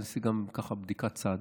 עשיתי גם בדיקת צד.